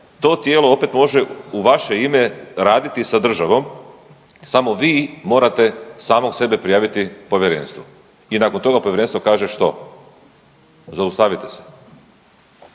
to tijelo opet može u vaše ime raditi sa državom samo vi morate samog sebe prijaviti povjerenstvu. I nakon toga povjerenstvo kaže što, zaustavite se.